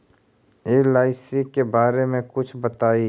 LIC के बारे मे कुछ बताई?